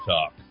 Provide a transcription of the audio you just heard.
Talk